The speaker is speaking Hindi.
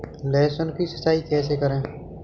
लहसुन की सिंचाई कैसे करें?